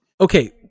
Okay